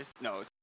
No